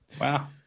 Wow